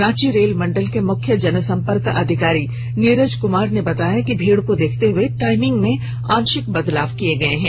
Ranchi rail मंडल के मुख्य जनसंपर्क अधिकारी नीरज कुमार ने बताया कि भीड़ को देखते हुए टाइमिंग में आंशिक बदलाव किया गया है